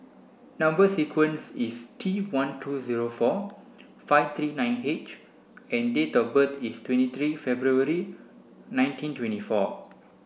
number sequence is T one two zero four five three nine H and date of birth is twenty three February nineteen twenty four